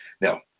Now